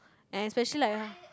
and especially like uh